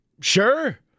Sure